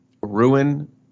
ruin